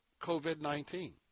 COVID-19